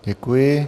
Děkuji.